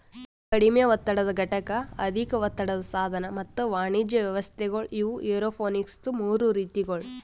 ಕಡಿಮೆ ಒತ್ತಡದ ಘಟಕ, ಅಧಿಕ ಒತ್ತಡದ ಸಾಧನ ಮತ್ತ ವಾಣಿಜ್ಯ ವ್ಯವಸ್ಥೆಗೊಳ್ ಇವು ಏರೋಪೋನಿಕ್ಸದು ಮೂರು ರೀತಿಗೊಳ್